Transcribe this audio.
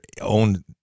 own